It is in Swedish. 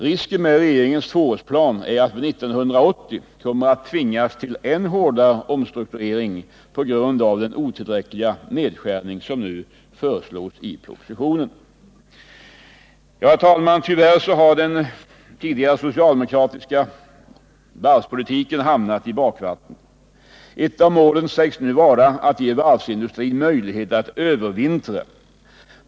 Risken med regeringens tvåårsplan är att vi 1980 kommer att tvingas till en än hårdare omstrukturering på grund av den otillräckliga nedskärning som nu föreslås i propositionen. Herr talman! Tyvärr har den tidigare socialdemokratiska varvspolitiken hamnat i bakvatten. Ett av målen sägs nu vara att ge varvsindustrin möjligheter att övervintra.